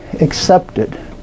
accepted